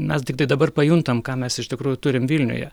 mes tiktai dabar pajuntam ką mes iš tikrųjų turim vilniuje